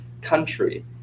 country